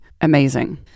Amazing